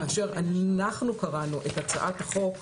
כאשר אנחנו קראנו את הצעת החוק,